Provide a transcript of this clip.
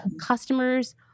customers